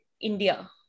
India